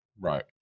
Right